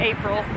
April